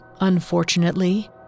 Unfortunately